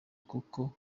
kuko